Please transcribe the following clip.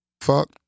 fuck